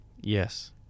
Yes